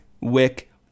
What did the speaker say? Wick